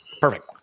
Perfect